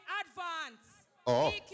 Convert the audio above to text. advance